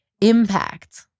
impact